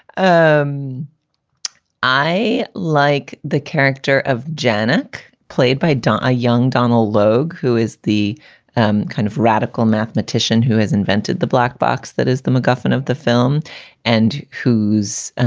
um i like the character of jannik, played by a young donal logue, who is the um kind of radical mathematician who has invented the black box that is the macguffin of the film and who's